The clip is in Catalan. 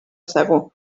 segur